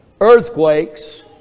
earthquakes